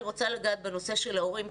אני רוצה לגעת בנושא של ההורים,